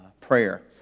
prayer